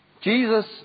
Jesus